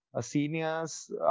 seniors